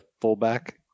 fullback